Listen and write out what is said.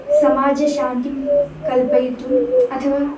समाजशान्तिं कल्पयितुम् अथवा